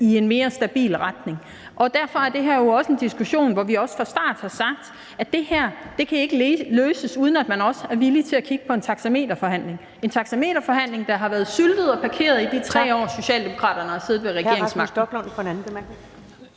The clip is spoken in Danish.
i en mere stabil retning. Derfor er det her jo også en diskussion, hvor vi fra start har sagt, at det her ikke kan løses, uden at man også er villig til at kigge på en taxameterforhandling – en taxameterforhandling, der har været syltet og parkeret i de 3 år, Socialdemokratiet har siddet med regeringsmagten.